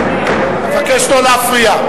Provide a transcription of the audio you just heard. אבקש לא להפריע,